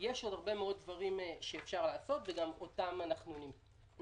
יש עוד הרבה מאוד דברים שאפשר לעשות וגם אותם אנחנו נמנה.